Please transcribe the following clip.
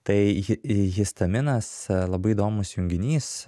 tai histaminas labai įdomus junginys